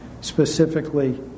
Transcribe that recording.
specifically